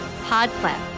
podcast